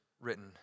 written